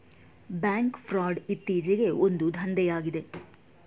bank fraud ಇತ್ತೀಚೆಗೆ ಒಂದು ದಂಧೆಯಾಗಿದೆ